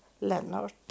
Leonard